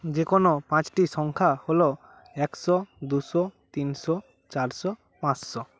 যে কোনও পাঁচটি সংখ্যা হল একশো দুশো তিনশো চারশো পাঁচশো